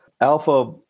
Alpha